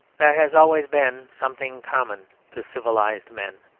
there has always been something common to civilised men,